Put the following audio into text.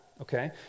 okay